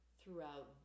throughout